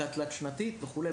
תלת-שנתית וכו'.